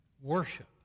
worship